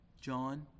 John